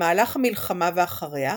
במהלך המלחמה ואחריה,